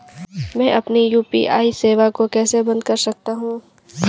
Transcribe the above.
मैं अपनी यू.पी.आई सेवा को कैसे बंद कर सकता हूँ?